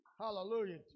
Hallelujah